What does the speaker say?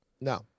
No